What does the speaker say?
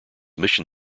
mission